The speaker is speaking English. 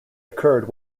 occurred